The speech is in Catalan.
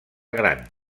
gran